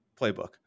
Playbook